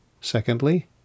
Secondly